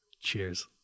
Cheers